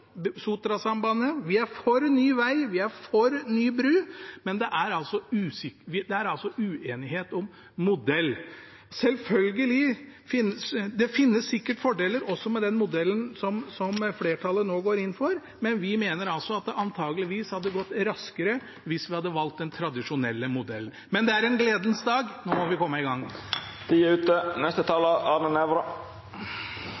Sotrasambandet. Vi er for ny veg. Vi er for ny bru, men det er uenighet om modell. Det finnes sikkert fordeler også ved den modellen som flertallet nå går inn for, men vi mener altså at det antakeligvis hadde gått raskere hvis vi hadde valgt den tradisjonelle modellen. Men det er en gledens dag. Nå må vi komme i gang. Dette er